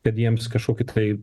kad jiems kažkokį tai